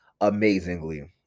amazingly